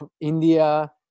india